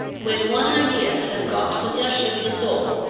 when one idea has got possession of the soul,